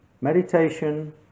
Meditation